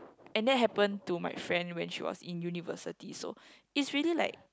and that happen to my friend when she was in university so is really like